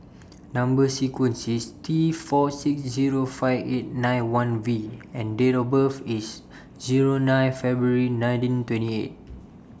Number sequence IS T four six Zero five eight nine one V and Date of birth IS nine February nineteen twenty eight